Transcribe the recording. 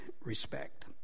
respect